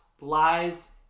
lies